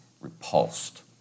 repulsed